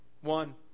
One